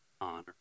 honor